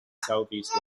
southeast